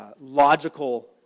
logical